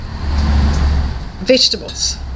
vegetables